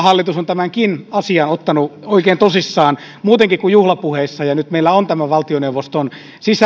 hallitus on tämänkin asian ottanut oikein tosissaan muutenkin kuin juhlapuheissa nyt meillä on tämä valtioneuvoston